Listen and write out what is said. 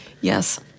Yes